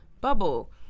bubble